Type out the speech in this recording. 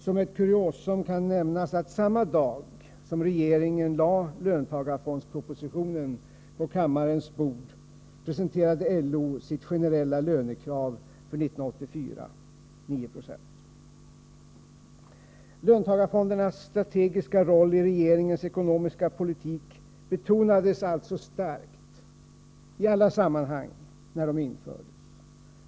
Som ett kuriosum kan nämnas att samma dag som regeringen lade E : 5; ; är Torsdagen den Löntagarfondernas strategiska roll i regeringens ekonomiska politik 26 april 1984 betonades alltså starkt, i alla sammanhang, när fonderna infördes.